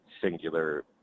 singular